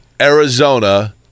Arizona